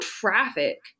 traffic